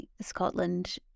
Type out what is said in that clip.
Scotland